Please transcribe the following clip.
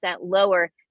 lower